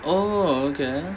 oh okay